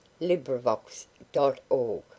LibriVox.org